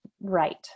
right